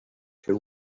for